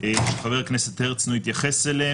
שחבר הכנסת הרצנו התייחס אליהם,